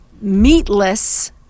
meatless